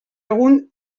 egun